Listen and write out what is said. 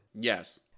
yes